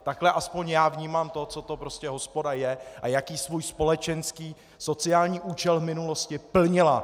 Takhle aspoň já vnímám to, co to hospoda je a jaký svůj společenský sociální účel v minulosti plnila.